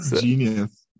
genius